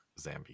zambia